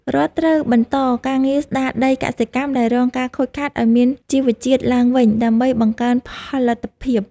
រដ្ឋត្រូវបន្តការងារស្តារដីកសិកម្មដែលរងការខូចខាតឱ្យមានជីវជាតិឡើងវិញដើម្បីបង្កើនផលិតភាព។